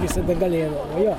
visada galėdavo jo